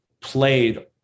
played